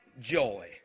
joy